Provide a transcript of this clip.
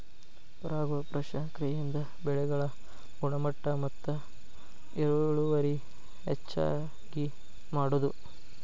ಪರಾಗಸ್ಪರ್ಶ ಕ್ರಿಯೆಯಿಂದ ಬೆಳೆಗಳ ಗುಣಮಟ್ಟ ಮತ್ತ ಇಳುವರಿ ಹೆಚಗಿ ಮಾಡುದು